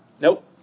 nope